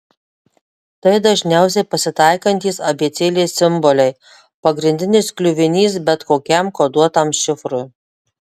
tai dažniausiai pasitaikantys abėcėlės simboliai pagrindinis kliuvinys bet kokiam koduotam šifrui